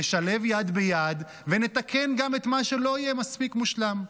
נשלב יד ביד ונתקן גם את מה שלא יהיה מספיק מושלם.